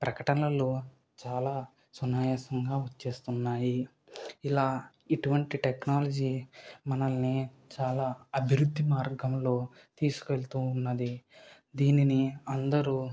ప్రకటనలు చాలా సునాయాసంగా వచ్చేస్తున్నాయి ఇలా ఇటువంటి టెక్నాలజీ మనల్ని చాలా అభివృద్ధి మార్గంలో తీసుకెళ్తూ ఉన్నది దీనిని అందరూ